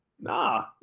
Nah